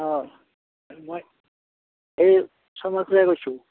অঁ মই এই শৰ্মা খুৰাই কৈছোঁ